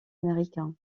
américain